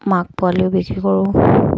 মাক পোৱালিও বিক্ৰী কৰোঁ